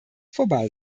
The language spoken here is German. vorbei